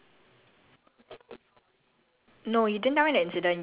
oh I think that time we went out together you got show me the picture before